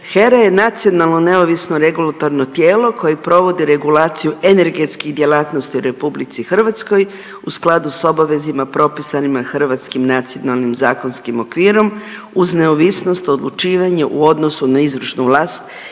HERA je nacionalno neovisno regulatorno tijelo koje provodi regulaciju energetskih djelatnosti u RH u skladu s obavezama propisanima hrvatskim nacionalnim zakonskim okvirom uz neovisnost u odlučivanju u odnosu na izvršnu vlast i